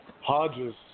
Hodges